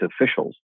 officials